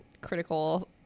critical